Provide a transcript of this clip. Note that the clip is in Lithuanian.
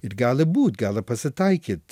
ir gali būt gali pasitaikyt